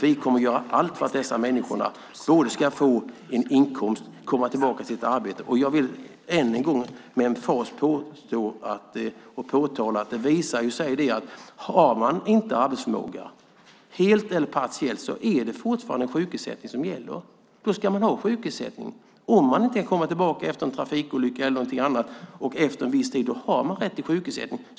Vi kommer att göra allt för att dessa människor både ska få en inkomst och komma tillbaka till ett arbete. Jag vill än en gång med emfas framhålla att om det visar sig att man inte har arbetsförmåga, helt eller partiellt, är det fortfarande sjukersättning som gäller. Då ska man ha sjukersättning. Om man inte kommer tillbaka efter viss tid efter till exempel en trafikolycka har man rätt till sjukersättning.